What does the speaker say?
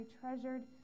treasured